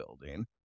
building